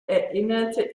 erinnerte